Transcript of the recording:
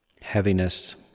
heaviness